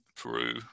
Peru